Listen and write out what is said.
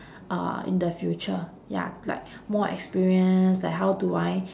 uh in the future ya like more experience like how do I